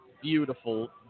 beautiful